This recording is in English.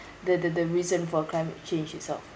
the the the reason for climate change itself